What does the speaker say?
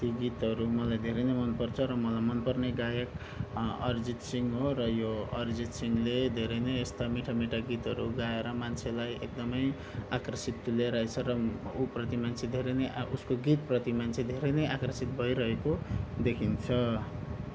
ती गीतहरू मलाई धेरै नै मनपर्छ र म मलाई मनपर्ने गायक अरिजित सिंह हो र यो अरिजित सिंहले धेरै नै यस्ता मिठा मिठा गीतहरू गाएर मान्छेलाई एकदमै आकर्षित तुल्याइरहेछ र उप्रति मान्छे धेरै नै उसको गीतप्रति मान्छे धेरै नै आकर्षित भइरहेको देखिन्छ